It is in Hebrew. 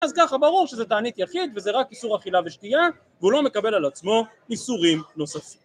‫אז ככה ברור שזה תענית יחיד, ‫וזה רק איסור אכילה ושתייה, ‫והוא לא מקבל על עצמו איסורים נוספים.